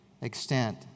extent